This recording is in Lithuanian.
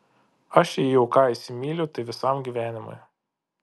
aš jei jau ką įsimyliu tai visam gyvenimui